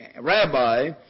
rabbi